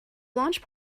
launch